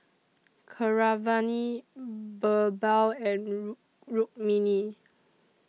Keeravani Birbal and Rukmini